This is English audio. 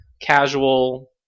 casual